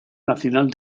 nacional